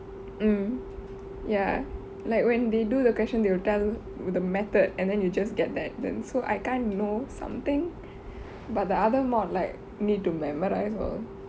mm ya like when they do the question they will tell the method and then you just get that then so I kinda know something but the other mod like need to memorize all